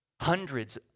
Hundreds